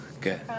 Good